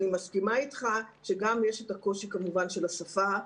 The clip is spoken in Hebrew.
אני מסכימה איתך שיש כמובן גם את הקושי של השפה.